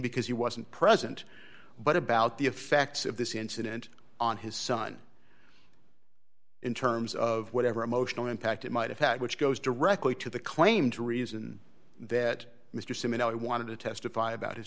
because he wasn't present but about the effects of this incident on his son in terms of whatever emotional impact it might have had which goes directly to the claim to reason that mr simmons i wanted to testify about his